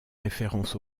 référence